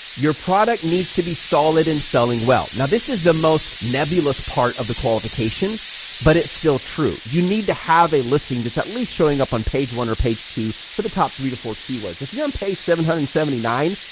your product needs to be solid and selling well now, this is the most nebulous part of the qualification but it's still true, you need to have a listing that's at least showing up on page one or page two for the top three to four keywords. if you're on page seven hundred and seventy nine,